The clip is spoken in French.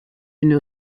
une